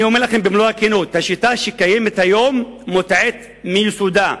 אני אומר לכם במלוא הכנות: השיטה שקיימת היום מוטעית מיסודה.